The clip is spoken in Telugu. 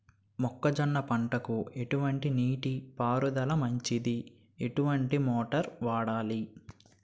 మొక్కజొన్న పంటకు ఎటువంటి నీటి పారుదల మంచిది? ఎటువంటి మోటార్ వాడాలి?